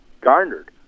garnered